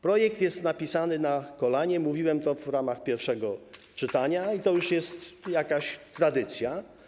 Projekt jest napisany na kolanie - mówiłem to w ramach pierwszego czytania - i to już jest jakaś tradycja.